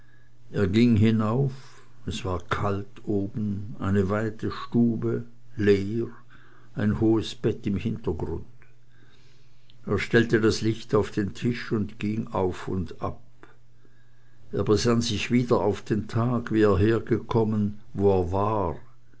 er ging hinauf es war kalt oben eine weite stube leer ein hohes bett im hintergrund er stellte das licht auf den tisch und ging auf und ab er besann sich wieder auf den tag wie er hergekommen wo er war